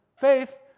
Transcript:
faith